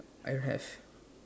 I have